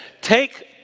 Take